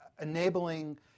enabling